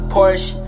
Porsche